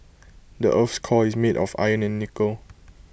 the Earth's core is made of iron and nickel